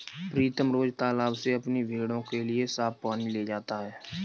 प्रीतम रोज तालाब से अपनी भेड़ों के लिए साफ पानी ले जाता है